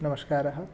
नमस्कारः